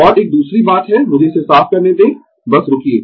और एक दूसरी बात है मुझे इसे साफ करने दें बस रूकिये